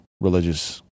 religious